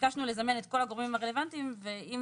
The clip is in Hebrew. ביקשנו לזמן את כל הגורמים הרלוונטיים ואם